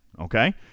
Okay